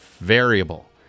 variable